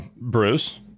Bruce